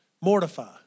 Mortify